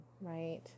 right